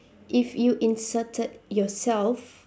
if you inserted yourself